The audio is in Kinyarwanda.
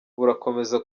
burakomeza